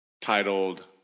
titled